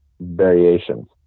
variations